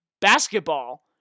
basketball